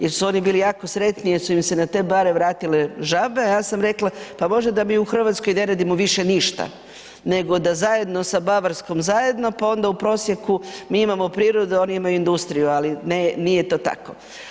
Jer su oni bili jako sretni jer su im se na te bare vratile žabe, ja sam rekla, pa možda da mi u Hrvatskoj ne radimo više ništa nego da zajedno sa Bavarskom zajedno pa onda u prosjeku mi imamo prirode, oni imaju industriju, ali ne, nije to tako.